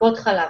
טיפות חלב,